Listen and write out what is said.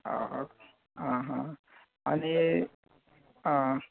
आं हां आनी आं